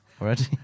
already